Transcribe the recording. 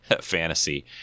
fantasy